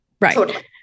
Right